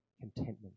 contentment